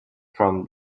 from